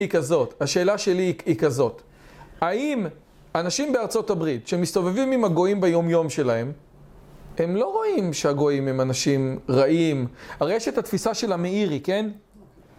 השאלה שלי היא כזאת, האם אנשים בארצות הברית שמסתובבים עם הגויים ביומיום שלהם, הם לא רואים שהגויים הם אנשים רעים, הרי יש את התפיסה של המאירי, כן?